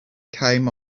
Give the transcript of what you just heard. came